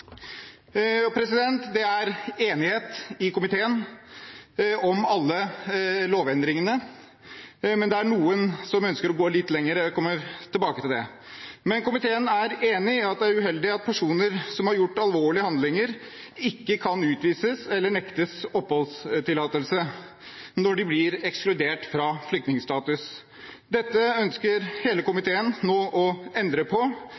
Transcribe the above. Det er enighet i komiteen om alle lovendringene, men noen ønsker å gå litt lenger, og jeg kommer tilbake til det. Komiteen er enig i at det er uheldig at personer som har begått alvorlige handlinger, ikke kan utvises eller nektes oppholdstillatelse når de blir ekskludert fra flyktningstatus. Dette ønsker hele komiteen nå å endre på,